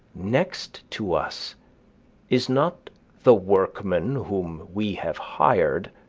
next to us is not the workman whom we have hired,